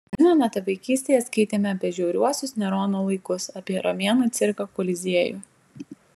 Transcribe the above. atsimenate vaikystėje skaitėme apie žiauriuosius nerono laikus apie romėnų cirką koliziejų